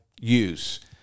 use